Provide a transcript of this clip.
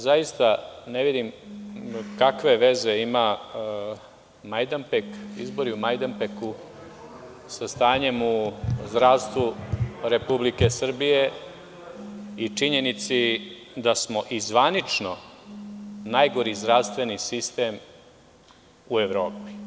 Zaista ne vidim kakve veze ima izbori u Majdanpeku sa stanjem u zdravstvu RS i činjenici da smo i zvanično najgori zdravstveni sistem u Evropi.